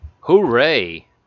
Hooray